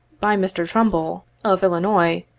by mr. trumbull, of illinois,